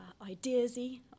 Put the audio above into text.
ideasy